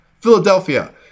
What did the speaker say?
Philadelphia